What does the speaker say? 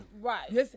right